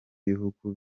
bihugu